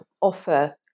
offer